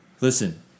listen